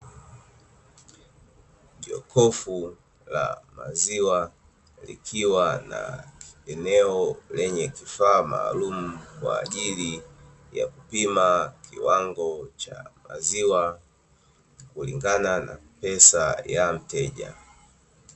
Jokofu la maziwa, likiwa na eneo lenye kifaa maalumu kwa ajili ya kupima kiwango cha maziwa kulingana na pesa ya mteja.